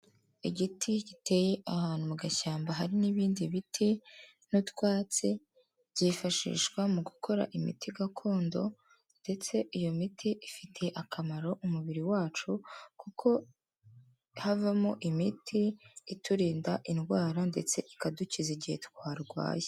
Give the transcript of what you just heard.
Igiti giteye ahantu mu gashyamba hari n'ibindi biti n'utwatsi, byifashishwa mu gukora imiti gakondo ndetse iyo miti ifite akamaro mu mubiri wacu, kuko havamo imiti iturinda indwara ndetse ikadukiza igihe twarwaye.